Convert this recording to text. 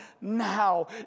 now